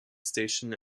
station